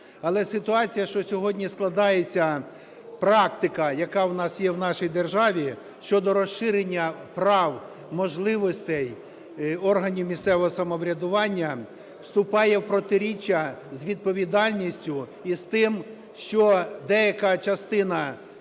Але ситуація, що сьогодні складається, практика, яка в нас є, в нашій державі, щодо розширення прав, можливостей органів місцевого самоврядування вступає в протиріччя з відповідальністю і з тим, що деяка частина